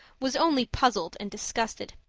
was only puzzled and disgusted.